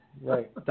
Right